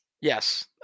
Yes